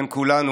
בין כולנו,